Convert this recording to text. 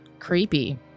creepy